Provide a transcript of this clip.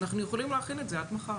אנחנו יכולים להכין את זה עד מחר.